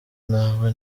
ntawe